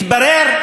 מתברר,